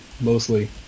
mostly